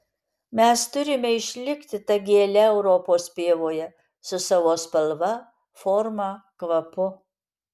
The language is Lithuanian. mes turime išlikti ta gėle europos pievoje su savo spalva forma kvapu